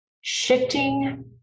shifting